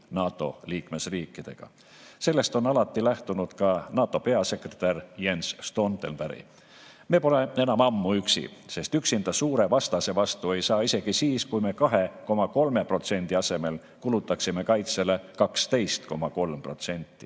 NATO liikmesriikidega. Sellest on alati lähtunud ka NATO peasekretär Jens Stoltenberg. Me pole enam ammu üksi, sest üksinda suure vastase vastu ei saa isegi siis, kui me 2,3% asemel kulutaksime kaitsele 12,3%.